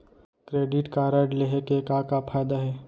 Credit card लेहे के का का फायदा हे?